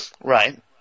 Right